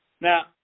Now